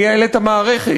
לייעל את המערכת,